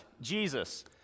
Jesus